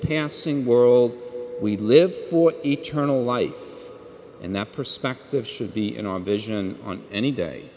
passing world we live for eternal life in that perspective should be in on vision on any day